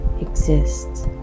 exists